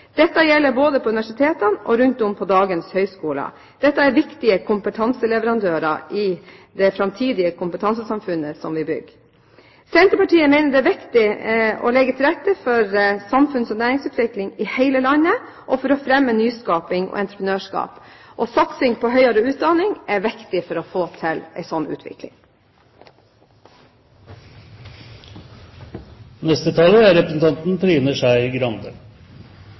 Dette er viktige kompetanseleverandører i det framtidige kompetansesamfunnet som vi bygger. Senterpartiet mener det er viktig å legge til rette for samfunns- og næringsutvikling i hele landet, og å fremme nyskaping og entreprenørskap. Satsing på høyere utdanning er viktig for å få til en sånn